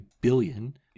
billion